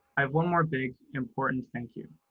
i have one more big, important thank you,